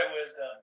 wisdom